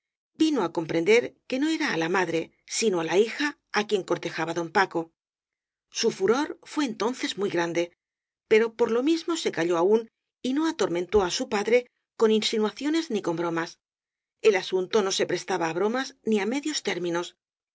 vino á comprender que no era á la madre sino á la hija á quien cortejaba don paco su furor fué entonces muy grande pero por lo mismo se calló aún y no atormentó á su padre con insinuaciones ni con bromas el asunto no se pres taba á bromas ni á medios términos